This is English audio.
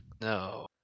No